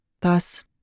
Thus